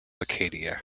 acadia